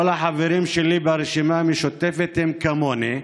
כל החברים שלי ברשימה המשותפת הם כמוני.